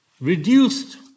reduced